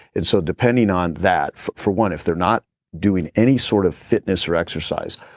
and so depending on that, for one, if they're not doing any sort of fitness or exercise.